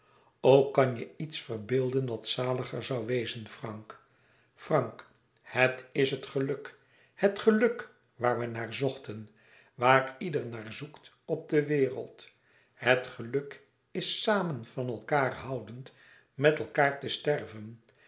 o kan je je iets verbeelden wat zaliger zoû wezen frank frank het is het geluk het geluk waar we naar zochten waar ieder naar zoekt op de wereld het geluk is samen van elkaâr houdend met elkaâr te sterven